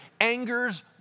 Anger's